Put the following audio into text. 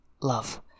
love